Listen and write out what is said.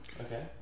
Okay